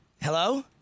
Hello